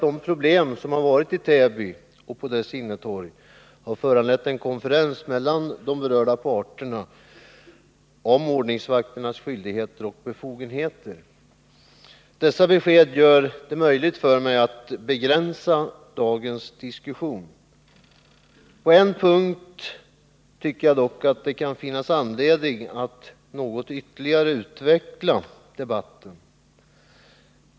De problem som varit i Täby och på dess innetorg har föranlett en konferens mellan de berörda parterna om ordningsvakternas skyldigheter och befogenheter. Dessa besked gör det möjligt för mig att begränsa dagens diskussion. På en punkt tycker jag dock att det kan finnas anledning att ytterligare utveckla debatten något.